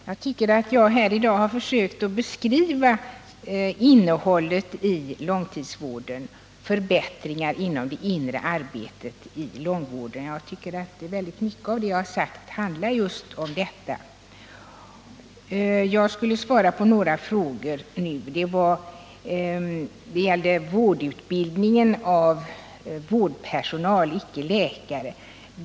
Herr talman! Jag tycker att jag i dag har försökt beskriva vilka förbättringar vi vill ha av det inre arbetet i långvården. Mycket av det jag har sagt har handlat just om detta. Jag skall svara på några av de frågor som nu har ställts. En fråga gällde utbildningen av annan vårdpersonal än läkare.